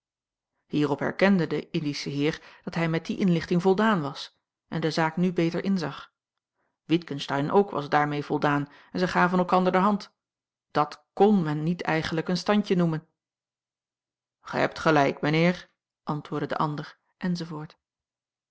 hierop erkende de indische heer dat hij met die inlichting voldaan was en de zaak nu beter inzag witgensteyn ook was daarmee voldaan en zij gaven elkander de hand dat kn men niet eigenlijk een standje noemen gij hebt gelijk mijnheer antwoordde de ander